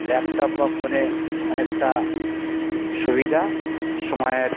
laptop বা ফোনে অনেকটা সুবিধা সময়ের